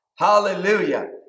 Hallelujah